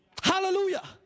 Hallelujah